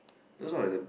all those like the